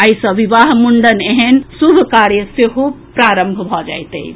आइ सँ विवाह मुंडन एहेन शुभ कार्य सेहो प्रारंभ भऽ जायत अछि